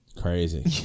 Crazy